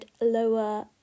lower